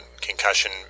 concussion